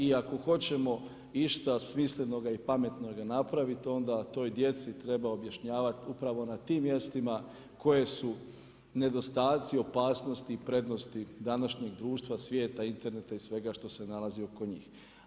I ako hoćemo išta smislenoga i pametnoga napraviti, onda toj djeci treba objašnjavati upravo na tim mjestima, koji su nedostaci, opasnosti, prednosti današnjeg društva svijeta, interneta i svega što se nalazi oko njih.